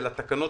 של התקנות